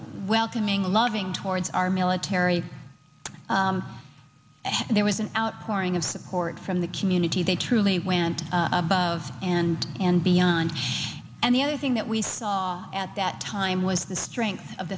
welcoming loving towards our military and there was an outpouring of support from the community they truly went above and beyond and the other thing that we saw at that time was the strength of